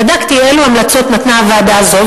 בדקתי אילו המלצות נתנה הוועדה הזו,